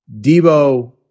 Debo